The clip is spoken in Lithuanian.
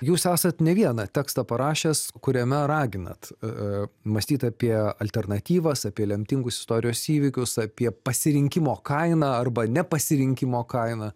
jūs esat ne vieną tekstą parašęs kuriame raginat mąstyt apie alternatyvas apie lemtingus istorijos įvykius apie pasirinkimo kainą arba nepasirinkimo kainą